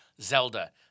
Zelda